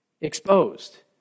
exposed